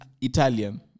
Italian